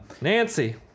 Nancy